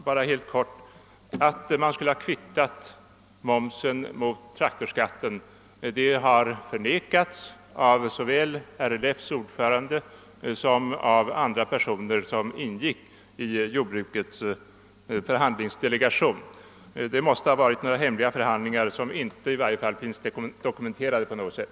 Herr talman! Att man skulle ha kvittat momsen mot traktorskatten har förnekats såväl av RLF:s ordförande som av andra personer som ingick i jordbrukets förhandlingsdelegation. Det måste i så fall ha skett vid några hemliga förhandlingar, som inte finns dokumenterade på något sätt.